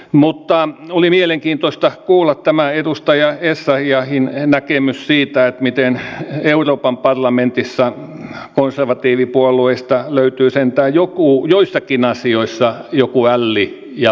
mutta oli mielenkiintoista kuulla tämä edustaja essayahin näkemys siitä miten euroopan parlamentissa konservatiivipuolueista löytyy sentään joissakin asioissa joku älli ja viisaus